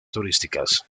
turísticas